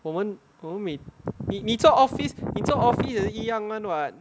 我们我们每你做 office 你做 office 的也一样的 [one] [what]